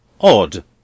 odd